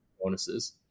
bonuses